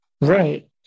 right